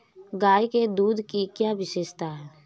गाय के दूध की क्या विशेषता है?